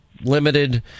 limited